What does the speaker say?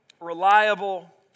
reliable